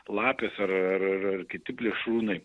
lapės ar ar ar kiti plėšrūnai